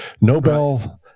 Nobel